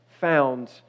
found